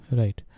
right